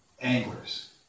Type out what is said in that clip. anglers